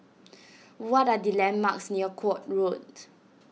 what are the landmarks near Court Road